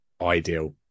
ideal